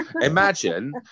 Imagine